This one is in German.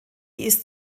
ist